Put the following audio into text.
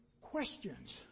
questions